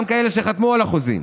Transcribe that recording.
גם כאלה שחתמו על החוזים,